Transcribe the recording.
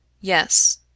Yes